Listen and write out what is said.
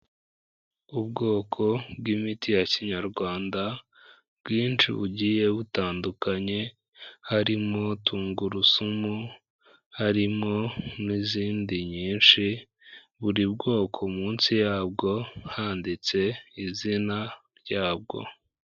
Ubwoko bw'imiti ya kinyarwanda bwinshi bugiye butandukanye, harimo tungurusumu, harimo n'izindi nyinshi buri bwoko munsi ya bwo handitse izina rya bwo.